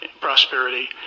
prosperity